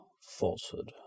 falsehood